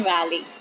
Valley